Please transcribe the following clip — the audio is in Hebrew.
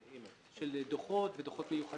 זה דבר שהוא לא עושה